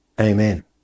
Amen